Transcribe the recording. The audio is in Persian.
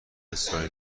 اصراری